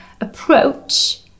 approach